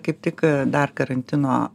kaip tik dar karantino